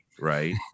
Right